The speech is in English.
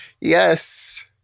yes